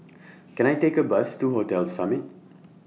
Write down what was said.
Can I Take A Bus to Hotel Summit